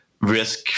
risk